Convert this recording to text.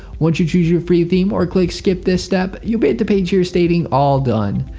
once you choose your free theme or click skip this step you'll be at the page here stating all done.